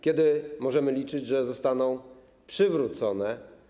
Kiedy możemy liczyć, że zostaną przywrócone?